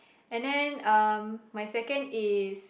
and then um my second is